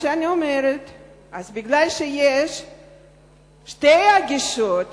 יש לי הצעה אחרת,